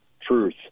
truth